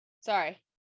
Sorry